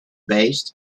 based